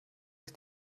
ist